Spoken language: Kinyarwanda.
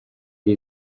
ari